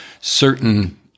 certain